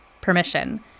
permission